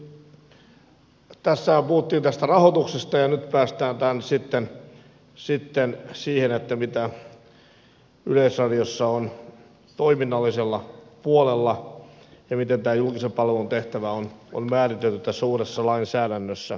eli tässähän puhuttiin tästä rahoituksesta ja nyt päästään sitten siihen mitä yleisradiossa on toiminnallisella puolella ja miten tämä julkisen palvelun tehtävä on määritelty tässä uudessa lainsäädännössä